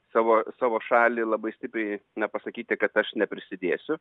savo savo šalį labai stipriai na pasakyti kad aš neprisidėsiu